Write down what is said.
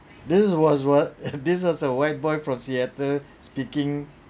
this was what this was a white boy from seattle speaking